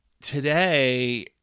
today